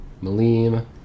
Malim